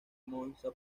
monza